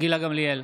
גילה גמליאל,